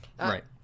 Right